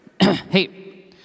Hey